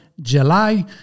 july